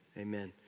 amen